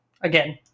Again